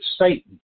Satan